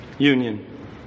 Union